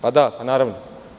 Pa da, pa naravno.